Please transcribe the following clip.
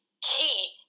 key